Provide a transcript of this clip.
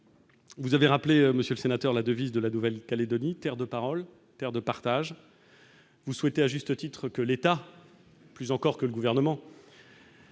vous avez rappelé monsieur le sénateur, la devise de la Nouvelle-Calédonie, terre de paroles perdent de partage, vous souhaitez à juste titre, que l'État, plus encore que le gouvernement.